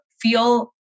feel